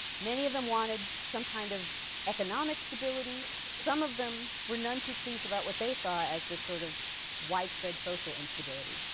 many of them wanted some kind of economic stability. some of them were none too pleased about what they saw as this sort of widespread social instability.